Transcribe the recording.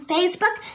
Facebook